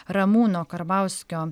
ramūno karbauskio